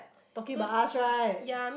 talking about us right